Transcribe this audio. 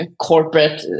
corporate